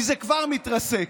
כי זה כבר מתרסק,